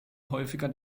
häufiger